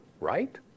right